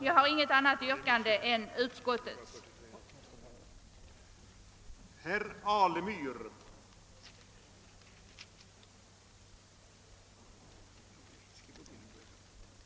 Jag har inget annat yrkande än om bifall till utskottets hemställan.